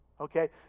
Okay